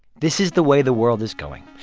this is the way the world is going.